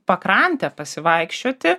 pakrante pasivaikščioti